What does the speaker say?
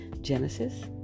Genesis